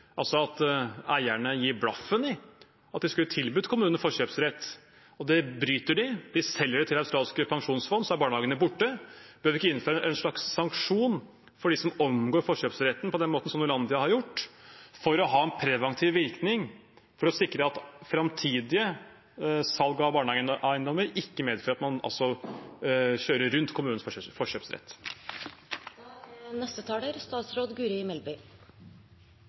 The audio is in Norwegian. altså at eierne gir blaffen i at de skulle tilbudt kommunen forkjøpsrett. Det bryter de. De selger det til australske pensjonsfond, og så er barnehagene borte. Bør vi ikke innføre en slags sanksjon for dem som omgår forkjøpsretten på den måten som Norlandia har gjort, for å ha en preventiv virkning for å sikre at framtidige salg av barnehageeiendommer ikke medfører at man kjører rundt kommunens